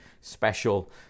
special